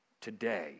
today